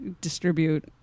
distribute